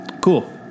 Cool